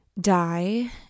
die